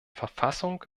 verfassung